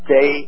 day